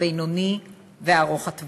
הבינוני והארוך.